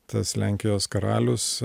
tas lenkijos karalius